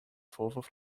vorwurf